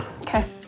Okay